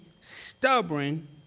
stubborn